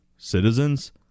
citizens